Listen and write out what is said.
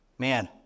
man